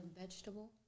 vegetable